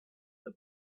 the